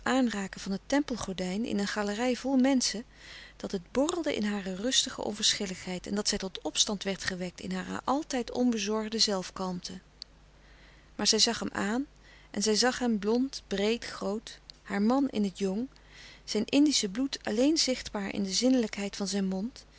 aanraken van het tempelgordijn in een galerij vol menschen dat het borrelde in hare rustige onverschilligheid en dat zij tot opstand werd gewekt in hare altijd onbezorgde zelfkalmte maar zij zag hem aan en zij zag hem blond breed groot haar man in het jong zijn indische bloed alleen zichtbaar in de zinnelijkheid van zijn mond